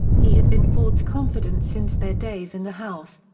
he had been ford's confidant since their days in the house,